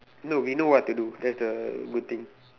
no we know what to do that's the good thing